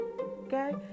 okay